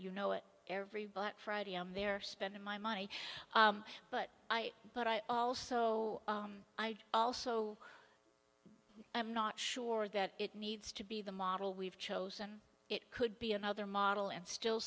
you know it every friday i'm there spending my money but i but i also i also am not sure that it needs to be the model we've chosen it could be another model and still